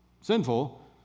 sinful